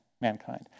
mankind